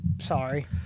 sorry